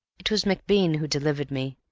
it was macbean who delivered me.